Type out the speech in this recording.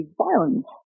violence